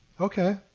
Okay